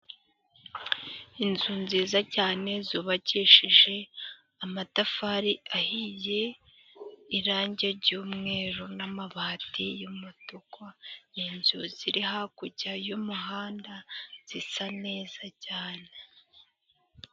Inzu nziza cyane zubakishije amatafari ahiye irangi jumweru n'amabati y'umutuku ni inzu ziri hakujya y'umuhanda zisa neza cyane